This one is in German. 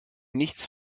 nichts